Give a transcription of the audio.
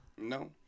No